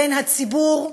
בין הציבור,